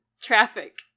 traffic